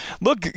look